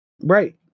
Right